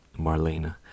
Marlena